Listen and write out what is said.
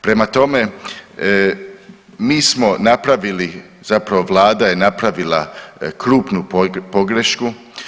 Prema tome, mi smo napravili zapravo vlada je napravila krupnu pogrešku.